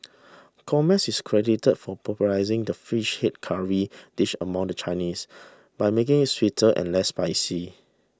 Gomez is credited for popularising the fish head curry dish among the Chinese by making it sweeter and less spicy